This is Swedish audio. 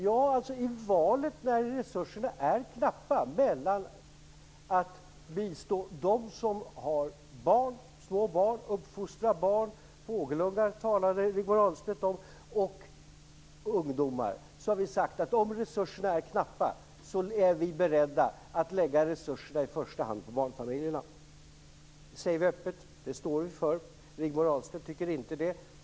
Ja, i valet mellan att bistå dem som har och uppfostrar små barn - fågelungar, talade Rigmor Ahlstedt om - och att bistå ungdomar har vi sagt att om resurserna är knappa är vi beredda att i första hand lägga dem på barnfamiljerna. Det säger vi öppet. Det står vi för. Rigmor Ahlstedt tycker inte det.